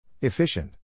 Efficient